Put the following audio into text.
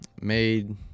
made